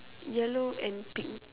yellow and pink